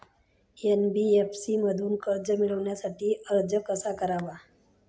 NBFC मधून कर्ज मिळवण्यासाठी अर्ज कसा करावा?